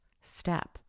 step